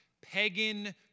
pagan